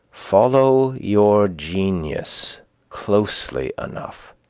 follow your genius closely enough,